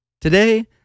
Today